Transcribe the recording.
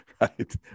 right